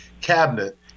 cabinet